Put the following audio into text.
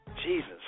Jesus